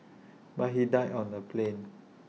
but he died on the plane